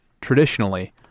traditionally